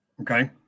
okay